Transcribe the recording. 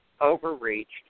overreached